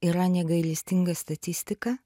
yra negailestinga statistika